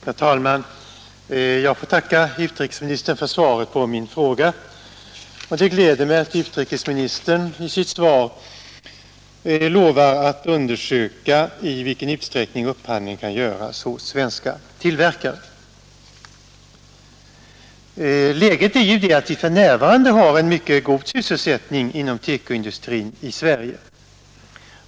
Herr talman! Jag får tacka utrikesministern för svaret på min fråga. Det gläder mig att utrikesministern i sitt svar lovade att undersöka i vilken utsträckning upphandling kan göras hos svenska tillverkare. Läget är att vi för närvarande har en mycket god sysselsättning inom TEKO-industrin inom Sverige.